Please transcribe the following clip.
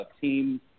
team